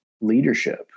leadership